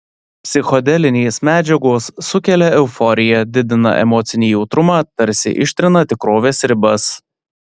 psichodelinės medžiagos sukelia euforiją didina emocinį jautrumą tarsi ištrina tikrovės ribas